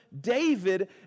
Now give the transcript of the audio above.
David